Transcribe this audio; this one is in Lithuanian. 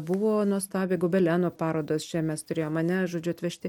buvo nuostabią gobelenų parodos čia mes turėjom ar ne žodžiu atvežti